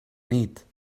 nit